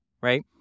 right